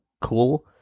cool